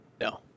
No